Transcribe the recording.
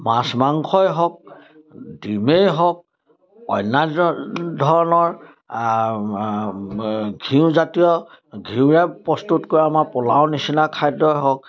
মাছ মাংসই হওক ডিমেই হওক অন্যান্য ধৰণৰ ঘিঁউজাতীয় ঘিঁউৰে প্ৰস্তুত কৰা আমাৰ পোলাও নিচিনা খাদ্যই হওক